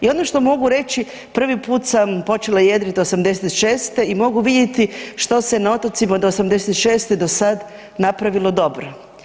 I ono što mogu reći prvi put sam počela jedriti '86. i mogu vidjeti što se na otocima od '86. do sad napravilo dobro.